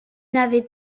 n’avez